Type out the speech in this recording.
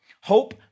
Hope